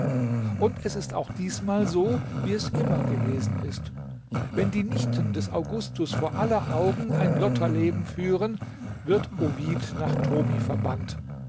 und es ist auch diesmal so wie es immer gewesen ist wenn die nichten des augustus vor aller augen ein lotterleben führen wird ovid nach tomi verbannt